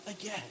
again